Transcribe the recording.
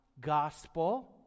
gospel